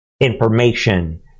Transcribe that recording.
information